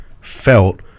felt